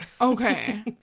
okay